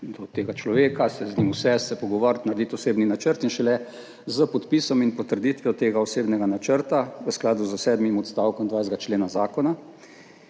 do tega človeka se z njim usesti, se pogovoriti, narediti osebni načrt in šele s podpisom in potrditvijo tega osebnega načrta, v skladu s sedmim odstavkom 20. člena zakona